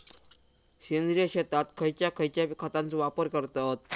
सेंद्रिय शेतात खयच्या खयच्या खतांचो वापर करतत?